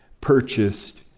purchased